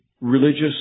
religious